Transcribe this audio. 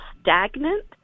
stagnant